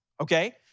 Okay